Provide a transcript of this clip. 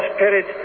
Spirit